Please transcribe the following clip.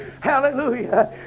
Hallelujah